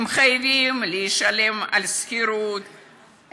הם חייבים לשלם על שכירות,